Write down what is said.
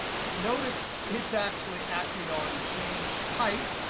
but notice it's actually acting on change type.